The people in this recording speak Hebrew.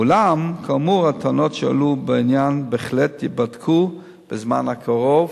אולם כאמור הטענות שעלו בעניין בהחלט ייבדקו בזמן הקרוב